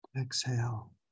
Exhale